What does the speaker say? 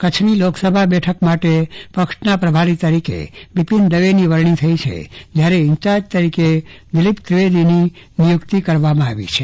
કચ્છની લોકસભા બેઠક માટે પક્ષના પ્રભારી તરીકે બિપીન દવેની વરણી થઈ છે જ્યારે ઈન્ચાર્જ તરીકે દિલીપ ત્રિવેદીની નિયુક્તિ કરી છે